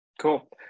Cool